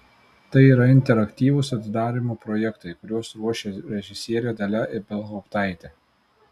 tai yra interaktyvūs atidarymo projektai kuriuos ruošia režisierė dalia ibelhauptaitė